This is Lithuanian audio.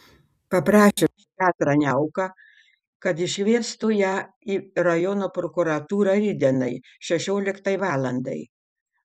paprašė petrą niauką kad iškviestų ją į rajono prokuratūrą rytdienai šešioliktai valandai